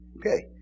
Okay